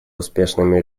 успешными